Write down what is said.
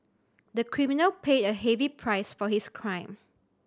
the criminal paid a heavy price for his crime